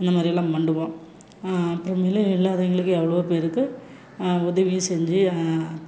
இந்தமாதிரியெல்லாம் பண்ணுவோம் அப்புறமேலு இல்லாதவங்களுக்கு எவ்வளவோ பேருக்கு உதவியும் செஞ்சு